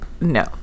no